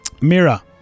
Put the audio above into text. Mira